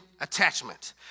attachment